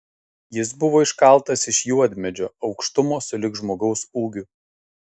jis buvo iškaltas iš juodmedžio aukštumo sulig žmogaus ūgiu